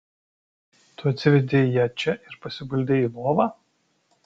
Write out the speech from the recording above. tu atsivedei ją čia ir pasiguldei į lovą